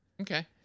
Okay